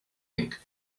ink